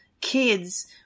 kids